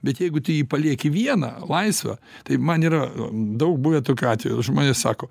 bet jeigu tu jį palieki vieną laisvą tai man yra daug buvę tokių atvejų žmonės sako